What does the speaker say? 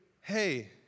hey